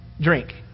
drink